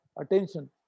attention